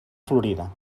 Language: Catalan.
florida